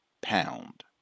pound